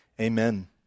amen